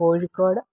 Kozhikode